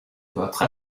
votre